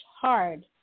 hard